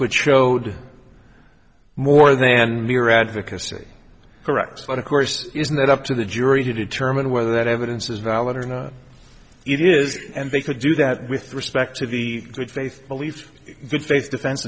which showed more than mere advocacy correct but of course isn't it up to the jury to determine whether that evidence is valid or not it is and they could do that with respect to the good faith belief good faith defense